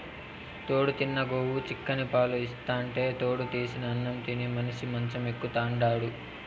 తౌడు తిన్న గోవు చిక్కని పాలు ఇస్తాంటే తౌడు తీసిన అన్నం తిని మనిషి మంచం ఎక్కుతాండాడు